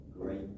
great